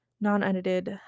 non-edited